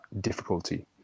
difficulty